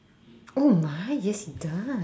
oh my yes he does